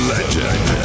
Legend